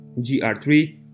GR3